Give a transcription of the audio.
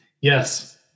Yes